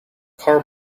car